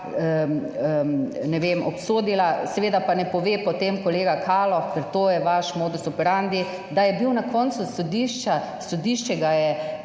obsodila, seveda pa ne pove potem kolega Kaloh, ker to je vaš modus operandi, da je bil na koncu, sodišče ga je